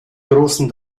großen